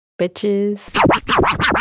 bitches